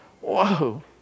Whoa